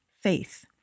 faith